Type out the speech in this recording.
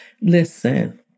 Listen